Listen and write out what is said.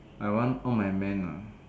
I want all my men ah